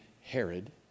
Herod